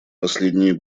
последние